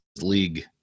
league